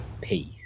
Peace